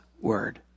word